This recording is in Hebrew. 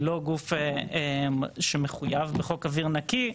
היא לא גוף שמחויב בחוק אוויר נקי.